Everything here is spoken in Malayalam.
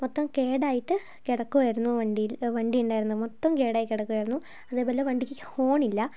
മൊത്തം കേടായിട്ട് കിടക്കുവായിരുന്നു വണ്ടീല് വണ്ടിയിണ്ടായിരുന്നത് മൊത്തം കേടായി കിടക്കുവായിരുന്നു അതേപോലെ വണ്ടിക്ക് ഹോണില്ല